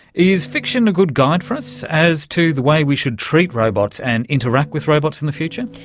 is fiction a good guide for us as to the way we should treat robots and interact with robots in the future?